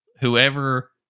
whoever